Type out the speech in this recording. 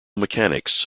mechanics